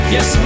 Yes